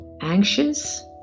anxious